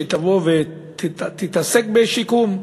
שהיא תבוא ותתעסק בשיקום.